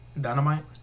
Dynamite